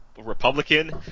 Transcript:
republican